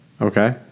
Okay